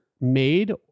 made